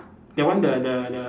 that one the the the